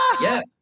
Yes